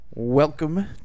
Welcome